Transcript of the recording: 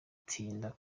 gutinda